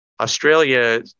Australia